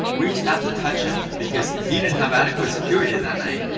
reached out to touch him because he didn't have adequate security that night.